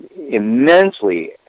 immensely